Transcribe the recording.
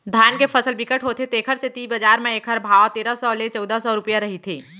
धान के फसल बिकट होथे तेखर सेती बजार म एखर भाव तेरा सव ले चउदा सव रूपिया रहिथे